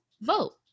vote